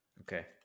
okay